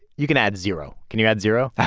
you can add zero. can you add zero?